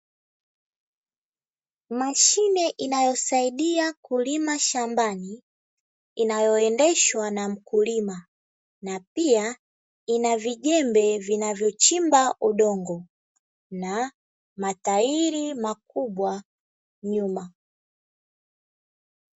Mashine inayosaidia kulima shambani, inayoendeshwa na mkulima, na pia ina vijembe vinavyochimba udongo na matairi makubwa nyuma.